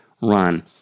run